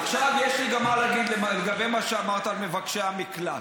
עכשיו יש לי גם מה להגיד לגבי מה שאמרת על מבקשי המקלט.